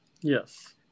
Yes